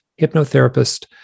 hypnotherapist